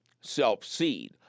self-seed